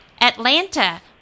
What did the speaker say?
Atlanta